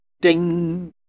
Ding